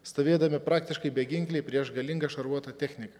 stovėdami praktiškai beginkliai prieš galingą šarvuotą techniką